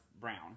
brown